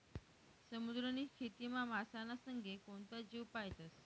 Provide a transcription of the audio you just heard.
समुद्रनी खेतीमा मासाना संगे कोणता जीव पायतस?